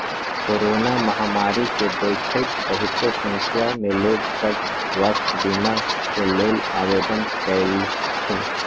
corona महामारी के देखइते बहुते संख्या में लोग सभ स्वास्थ्य बीमा के लेल आवेदन कलखिन्ह